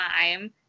time